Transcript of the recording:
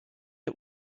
did